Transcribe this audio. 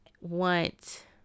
want